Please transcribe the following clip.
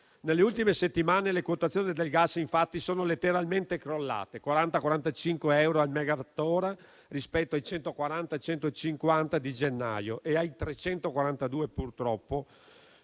Nelle ultime settimane, infatti, le quotazioni del gas sono letteralmente crollate (40-45 euro al megawattora rispetto ai 140-150 di gennaio e ai 342 dell'agosto